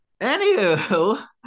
Anywho